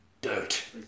Dirt